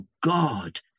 God